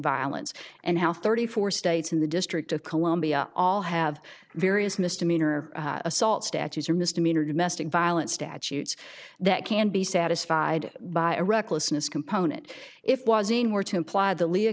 violence and how thirty four states in the district of columbia all have various misdemeanor assault statues or misdemeanor domestic violence statutes that can be satisfied by a recklessness component if was in were to imply the l